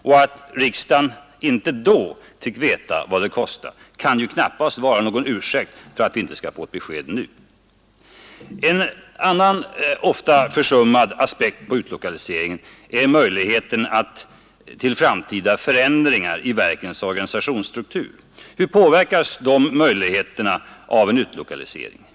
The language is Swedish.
Och att riksdagen inte då fick veta vad det kostade kan knappast vara någon ursäkt för att vi inte skall få ett besked nu. En annan, ofta försummad aspekt på utlokaliseringen är möjligheterna till framtida förändringar i verkens organisationsstruktur. Hur påverkas de möjligheterna av en utlokalisering?